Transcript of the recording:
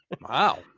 Wow